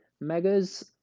Megas